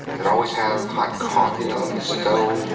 that always have hot coffee on the stove.